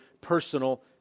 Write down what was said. personal